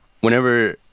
whenever